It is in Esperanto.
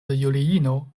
juliino